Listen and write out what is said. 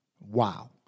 Wow